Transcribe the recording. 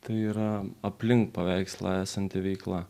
tai yra aplink paveikslą esanti veikla